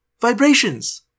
Vibrations